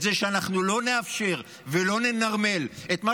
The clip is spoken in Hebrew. את זה שאנחנו לא נאפשר ולא ננרמל את מה